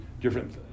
different